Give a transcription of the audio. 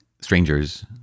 strangers